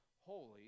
Holy